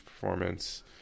performance